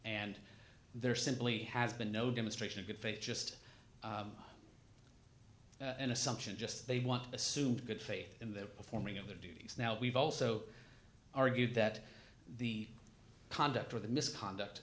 and they're simply has been no demonstration of good faith just an assumption just they want to assume good faith in their performing of their duties now we've also argued that the conduct of the misconduct